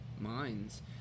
minds